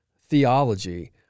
theology